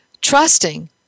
trusting